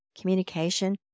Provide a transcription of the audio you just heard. communication